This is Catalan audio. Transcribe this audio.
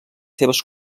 seves